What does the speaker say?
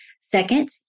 Second